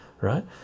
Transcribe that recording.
right